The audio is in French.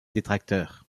détracteurs